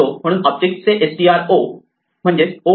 म्हणून ऑब्जेक्ट चे str म्हणजेच o